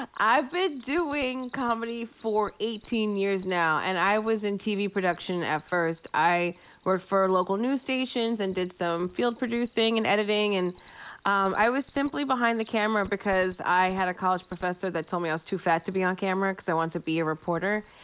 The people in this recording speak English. i've been doing comedy for eighteen years now, and i was in tv production at first. i worked for local news stations and did some field producing and editing. and um i was simply behind the camera because i had a college professor that told me i was too fat to be on camera, cause i wanted to be a reporter.